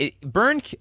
Burn